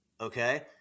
okay